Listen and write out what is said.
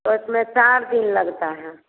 उसमें चार दिन लगता है